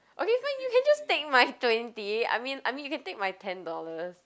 okay fine you can just take my twenty I mean I mean you can take my ten dollars